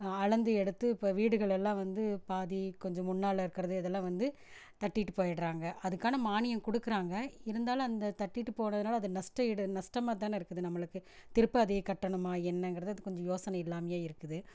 அளந்து எடுத்து இப்போ வீடுகளெல்லாம் வந்து பாதி கொஞ்சம் முன்னால் இருக்கிறது இதெலாம் வந்து தட்டிவிட்டு போய்விடுறாங்க அதுக்கான மானியம் கொடுக்குறாங்க இருந்தாலும் அந்த தட்டிவிட்டு போகிறதுனால அது நஷ்டஈடு நஷ்டமா தானே இருக்குது நம்மளுக்கு திருப்ப அதை கட்டணுமா என்னங்கிறது அது கொஞ்சம் யோசனை இல்லாமையே இருக்குது